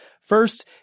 First